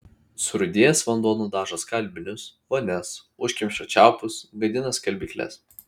surūdijęs vanduo nudažo skalbinius vonias užkemša čiaupus gadina skalbykles